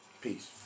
Peace